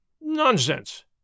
Nonsense